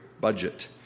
budget